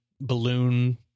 balloon